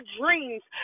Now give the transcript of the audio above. dreams